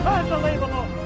Unbelievable